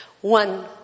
One